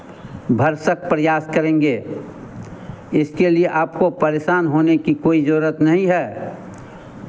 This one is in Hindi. भरसक प्रयास करेंगे इसके लिए आपको परेशान होने की कोई ज़रूरत नहीं है